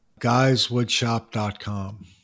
Guyswoodshop.com